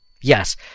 Yes